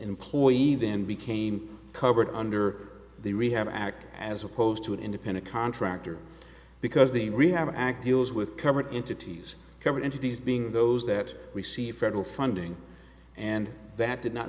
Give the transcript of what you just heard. employee then became covered under the rehab act as opposed to an independent contractor because they really have acted was with covered entities covered entities being those that receive federal funding and that did not